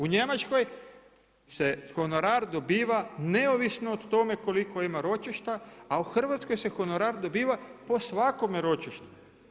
U Njemačkoj se honorar dobiva neovisno o tome koliko ima ročišta, a u Hrvatskoj se honorar dobiva po svakom ročištu.